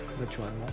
naturellement